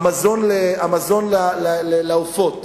המזון לעופות.